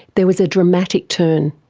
there was a dramatic turn.